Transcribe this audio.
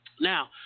Now